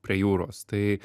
prie jūros tai